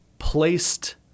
placed